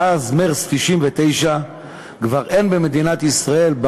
מאז מרס 1999 כבר אין במדינת ישראל,